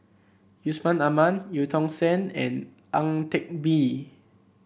Yusman Aman Eu Tong Sen and Ang Teck Bee